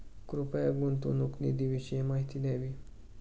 कृपया गुंतवणूक निधीविषयी माहिती द्यावी